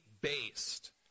based